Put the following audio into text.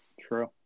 True